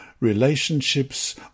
relationships